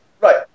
Right